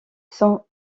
sans